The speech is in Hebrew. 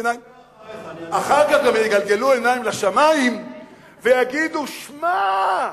אחר כך גם יגלגלו עיניים לשמים ויגידו: שמע,